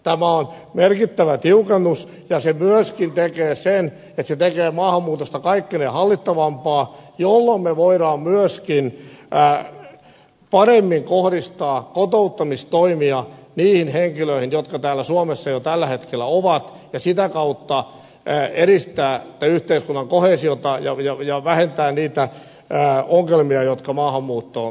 tämä on merkittävä tiukennus ja se myöskin tekee maahanmuutosta kaikkineen hallittavampaa jolloin me voimme myöskin paremmin kohdistaa kotouttamistoimia niihin henkilöihin jotka täällä suomessa jo tällä hetkellä ovat ja sitä kautta edistää yhteiskunnan koheesiota ja vähentää niitä ongelmia jotka maahanmuuttoon liittyvät